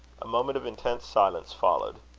a moment of intense silence followed.